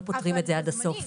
לא פותרים את זה עד הסוף.